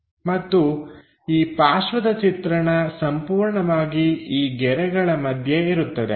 ಮತ್ತು ಈ ಪಾರ್ಶ್ವದ ಚಿತ್ರಣ ಸಂಪೂರ್ಣವಾಗಿ ಈ ಗೆರೆಗಳ ಮಧ್ಯೆ ಇರುತ್ತದೆ